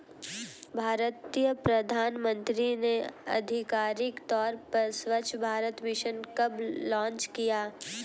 भारतीय प्रधानमंत्री ने आधिकारिक तौर पर स्वच्छ भारत मिशन कब लॉन्च किया?